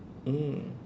mm